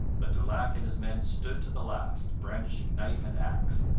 but daulac and his men stood to the last, brandishing knife and axe,